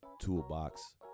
Toolbox